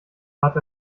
hat